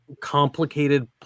complicated